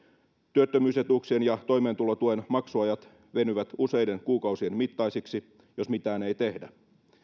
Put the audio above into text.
työttömyysetuuksien ja toimeentulotuen maksuajat venyvät useiden kuukausien mittaisiksi jos mitään ei tehdä